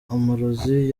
amarozi